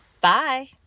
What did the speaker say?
Bye